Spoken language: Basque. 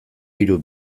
hiru